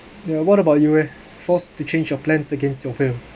ya what about you eh forced to change your plans against your will